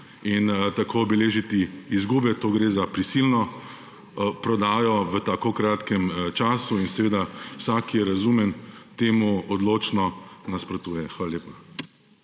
in tako beležiti izgube. To gre za prisilno prodajo v tako kratkem času. Vsak, ki je razumen, temu odločno nasprotuje. Hvala lepa.